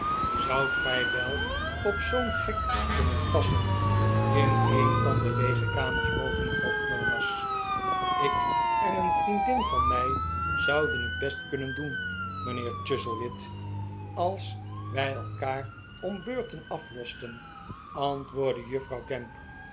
zoudt gij wel op zoo'n gek kunnen passen in een van de leege kamers boven vroeg jonas ik en een vriendin van mij zouden het best kunnen doen mijnheer chuzzlewit als wij elkaar om beurten aflosten antwoordde juffrouw gamp